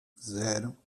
zero